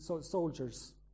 soldiers